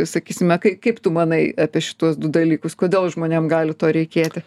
sakysime kai kaip tu manai apie šituos du dalykus kodėl žmonėm gali to reikėti